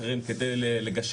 כאשר זה מתייחס